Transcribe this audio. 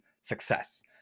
success